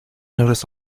notice